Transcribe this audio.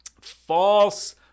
False